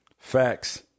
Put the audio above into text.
Facts